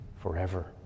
forever